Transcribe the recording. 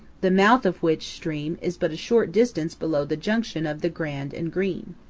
the mouth of which stream is but a short distance below the junction of the grand and green.